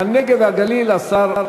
נציגת סיעת מרצ,